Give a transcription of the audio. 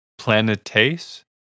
Planetase